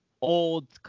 old